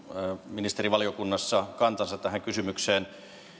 ministerivaliokunnassa kantansa tähän kysymykseen